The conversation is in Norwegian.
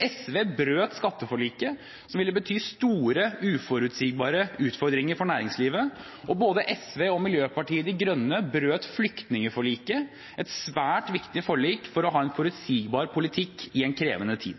SV brøt skatteforliket – uten det hadde næringslivet hatt store, uforutsigbare utfordringer – og både SV og Miljøpartiet De Grønne brøt flyktningforliket, et svært viktig forlik for å ha en forutsigbar politikk i en krevende tid.